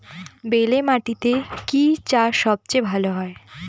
বেলে মাটিতে কি চাষ সবচেয়ে ভালো হয়?